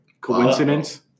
Coincidence